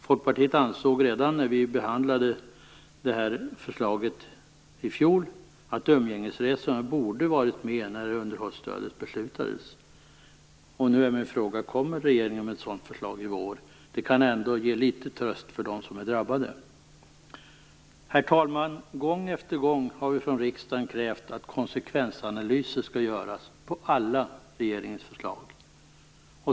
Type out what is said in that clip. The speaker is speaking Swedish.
Folkpartiet ansåg redan när vi i fjol behandlade förslaget att umgängesresorna borde ha varit med när underhållsstödet beslutades. Nu är min fråga: Kommer regeringen med ett sådant förslag i vår? Det kan ändå ge litet tröst för dem som är drabbade. Herr talman! Gång efter gång har vi från riksdagen krävt att konsekvensanalyser skall göras på alla regeringens förslag.